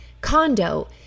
condo